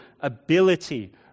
ability